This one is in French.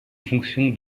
fonction